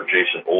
Jason